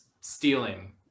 stealing